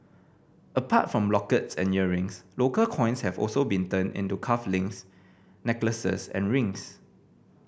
apart from lockets and earrings local coins have also been turned into cuff links necklaces and rings